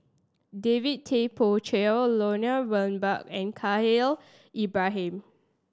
David Tay Poey Cher Lloyd Valberg and Khalil Ibrahim